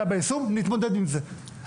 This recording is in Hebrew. אני לא מדבר על היישום,